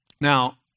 Now